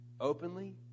openly